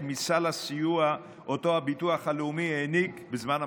מסל הסיוע אותו הביטוח הלאומי העניק בזמן המשבר.